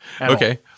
Okay